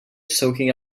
soaking